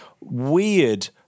weird